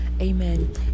Amen